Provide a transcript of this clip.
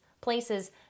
places